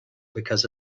because